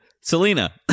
Selena